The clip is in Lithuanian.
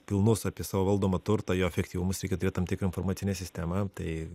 pilnus apie savo valdomą turtą jo efektyvumus reikia turėt tam tik informacinę sistemą tai